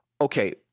okay